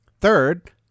third